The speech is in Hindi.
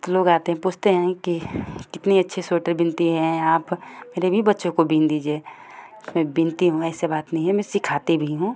तो लोग आते हैं पूछते हैं कि कितनी अच्छे स्वेटर बिनती हैं आप मेरे भी बच्चों को बिन दीजिए कि मैं बिनती हूँ ऐसा बात नहीं है मैं सिखाती भी हूँ